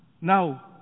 now